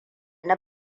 na